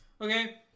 Okay